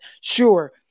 Sure